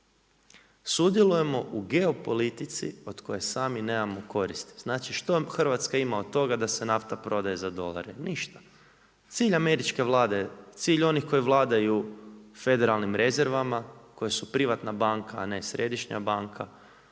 sudjelujemo u geopolitici od koje sami nemao koristi. Znači što Hrvatska ima od toga da se nafta prodaje za dolare? Ništa. Cilj američke vlade, cilj onih koji vladaju federalnim rezervama koje su privatna banka a ne središnja banka